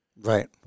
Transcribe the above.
Right